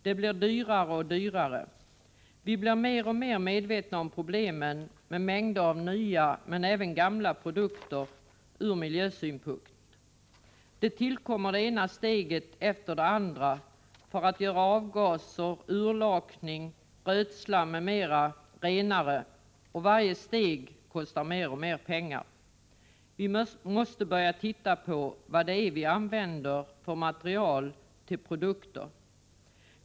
Det blir dyrare och dyrare. Vi blir alltmer medvetna om de miljöproblem som förorsakas av mängder av nya men även av gamla produkter. Det ena steget efter det andra för att rena avgaser, urlakning, rötslam m.m. tillkommer, och för varje steg ökar kostnaderna. Vi måste börja se på vilka material det är vi använder i våra produkter.